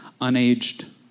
unaged